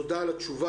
תודה על התשובה.